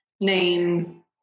Name